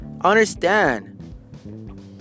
Understand